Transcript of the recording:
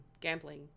gambling